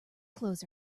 clothes